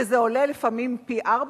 שזה עולה לפעמים פי-ארבעה,